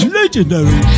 legendary